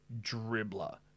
DRIBBLER